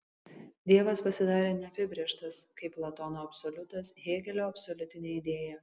dievas pasidarė neapibrėžtas kaip platono absoliutas hėgelio absoliutinė idėja